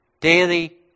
Daily